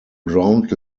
ground